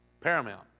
Paramount